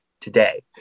today